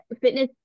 fitness